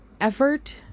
effort